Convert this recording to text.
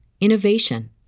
innovation